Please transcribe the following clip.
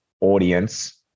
audience